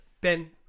Ben